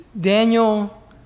Daniel